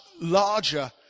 larger